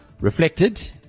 reflected